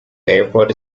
airport